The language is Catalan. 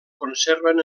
conserven